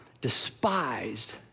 despised